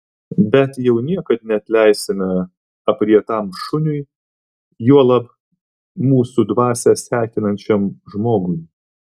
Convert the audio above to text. bet jau niekad neatleisime aprietam šuniui juolab mūsų dvasią sekinančiam žmogui